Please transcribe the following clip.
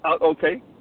Okay